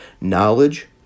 knowledge